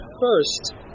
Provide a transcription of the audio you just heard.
first